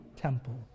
temple